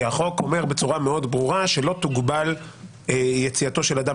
החוק אומר בצורה מאוד ברורה שלא תוגבל יציאתו של אדם